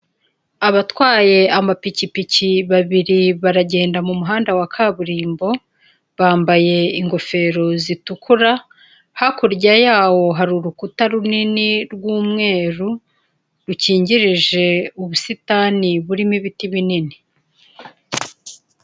Abatwaye amapikipiki babiri baragenda m'umuhanda wa kaburimbo bambaye ingofero zitukura, hakurya yawo hari urukuta runini rw'umweru rukingirije ubusitani burimo ibiti binini.